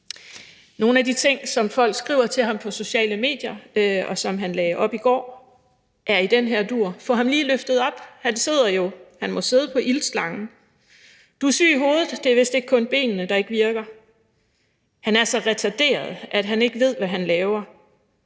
Nogle af de ting, som folk skriver til ham på sociale medier, og som han lagde op i går, er i den her dur: »Få ham lige løftet op, han må jo sidde på iltslangen.« »Du er syg i hovedet, det er vist ikke kun benene, der ikke virker.« »Han er jo så retarderet, at han ikke ved, hvad han laver.«